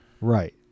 right